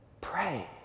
pray